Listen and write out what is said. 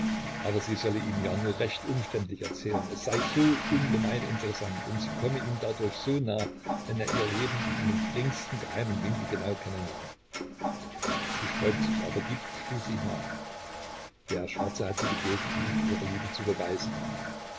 aber sie solle ihm ja nur recht umständlich erzählen es sei so ungemein interessant und sie komme ihm dadurch so nah wenn er ihr leben in dem geringsten geheimen winkel genau kennen lerne sie sträubt sich aber gibt schließlich nach der schwarze hat sie gebeten ihm ihre liebe zu beweisen